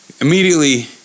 immediately